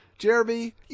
Jeremy